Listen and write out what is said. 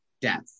death